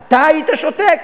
אתה היית שותק?